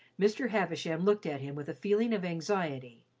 mr. havisham looked at him with a feeling of anxiety.